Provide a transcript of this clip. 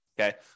okay